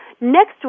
Next